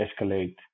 escalate